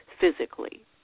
physically